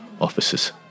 officers